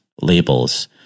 labels